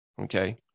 Okay